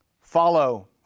follow